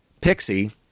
Pixie